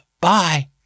Bye